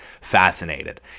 fascinated